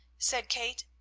said kate,